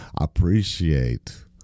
appreciate